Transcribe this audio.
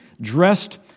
dressed